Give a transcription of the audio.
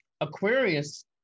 Aquarius